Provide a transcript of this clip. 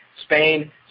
Spain